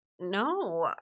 no